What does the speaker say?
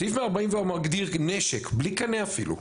סעיף 144 מגדיר נשק בלי קנה אפילו,